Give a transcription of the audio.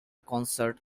concert